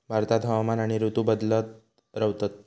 भारतात हवामान आणि ऋतू बदलत रव्हतत